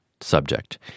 subject